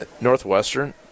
Northwestern